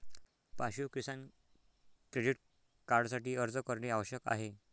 पाशु किसान क्रेडिट कार्डसाठी अर्ज करणे आवश्यक आहे